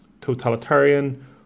totalitarian